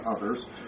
others